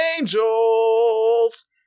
Angels